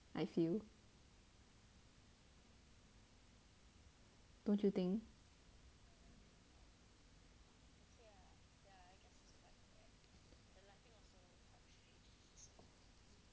I feel don't you think